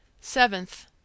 Seventh